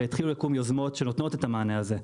והתחילו לקום יוזמות שנותנות את המענה הזה.